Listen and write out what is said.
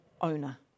owner